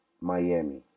Miami